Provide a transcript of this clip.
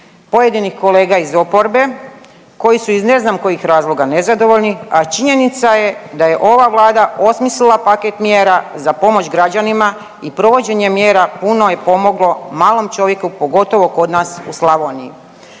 pojedinih kolega iz oporbe koji su iz ne znam kojih razloga nezadovoljni, a činjenica je da je ova vlada osmislila paket mjera za pomoć građanima i provođenje mjera puno je pomoglo malom čovjeka, pogotovo kod nas u Slavoniji.